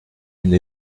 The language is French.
une